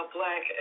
Black